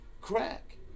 crack